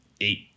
eight